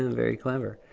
very clever.